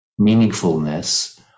meaningfulness